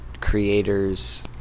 creators